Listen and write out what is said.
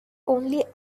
only